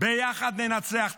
"ביחד ננצח".